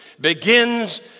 begins